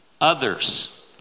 Others